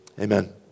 Amen